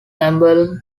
emblem